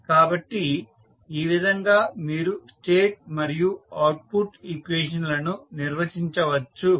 కాబట్టి ఈ విధంగా మీరు స్టేట్ మరియు అవుట్పుట్ ఈక్వేషన్ లను నిర్వచించవచ్చు